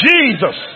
Jesus